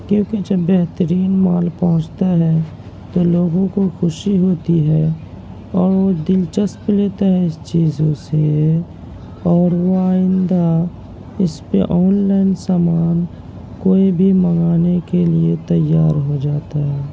کیونکہ جب بہترین مال پہنچتے ہیں تو لوگوں کو خوشی ہوتی ہے اور وہ دلچسپ لیتے ہیں اس چیزوں سے اور وہ آئندہ اس پہ آن لائن سامان کوئی بھی منگانے کے لیے تیار ہو جاتا ہے